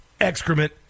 Excrement